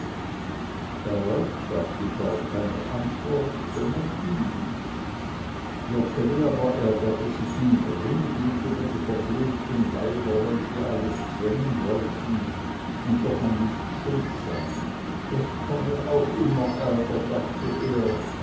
darauf gab die frau keine antwort sondern ging joggeli aber ärgerte sich ingrimmiglich über die verfluchten weiber welche alles zwängen wollten und doch an nichts schuld sein das komme auch immer ärger dachte er